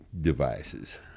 devices